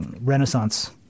Renaissance